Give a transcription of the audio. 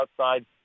outside